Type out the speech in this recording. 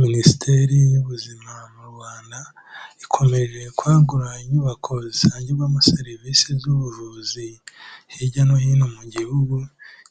Minisiteri y'ubuzima mu Rwanda ikomereye kwagura inyubako zitangirwamo serivisi z'ubuvuzi hirya no hino mu gihugu